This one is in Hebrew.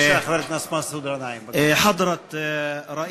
בבקשה, חבר הכנסת מסעוד גנאים.